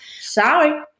Sorry